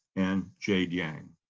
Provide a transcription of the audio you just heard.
and jade yang.